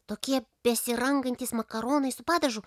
tokie besirangantys makaronai su padažu